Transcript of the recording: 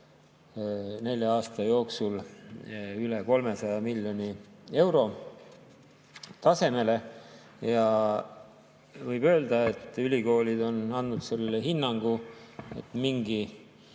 nelja aasta jooksul üle 300 miljoni euro. Võib öelda, et ülikoolid on andnud hinnangu, et mingi